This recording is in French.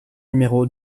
numéro